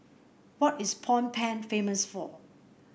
what is Phnom Penh famous for